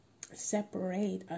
separate